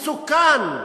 מסוכן,